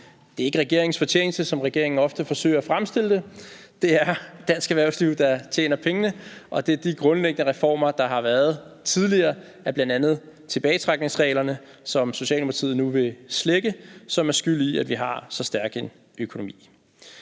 Det er ikke regeringens fortjeneste, som regeringen ofte forsøger at fremstille det. Det er dansk erhvervsliv, der tjener pengene, og det er de grundlæggende reformer, der har været tidligere, af bl.a. tilbagetrækningsreglerne, som Socialdemokratiet nu vil slække, som er skyld i, at vi har så stærk en økonomi.